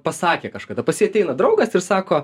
pasakė kažkada pas jį ateina draugas ir sako